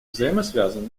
взаимосвязаны